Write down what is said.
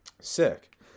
Sick